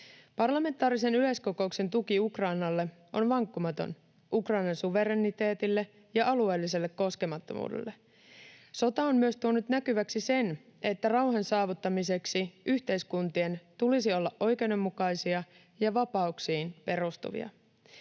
Parlamentaarisen yleiskokouksen tuki Ukrainalle, Ukrainan suvereniteetille ja alueelliselle koskemattomuudelle on vankkumaton. Sota on myös tuonut näkyväksi sen, että rauhan saavuttamiseksi yhteiskuntien tulisi olla oikeudenmukaisia ja vapauksiin perustuvia.